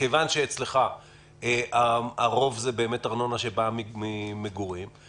מכיוון שאצלך הרוב זה ארנונה שבאה ממגורים,